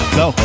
go